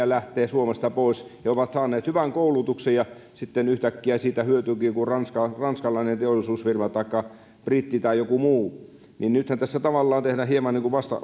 lähtee suomesta pois he ovat saaneet hyvän koulutuksen ja sitten yhtäkkiä siitä hyötyykin joku ranskalainen teollisuusfirma taikka britti tai joku muu nythän tässä tavallaan tehdään hieman